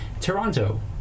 Toronto